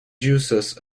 uses